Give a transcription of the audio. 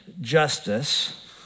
justice